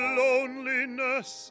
loneliness